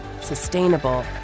sustainable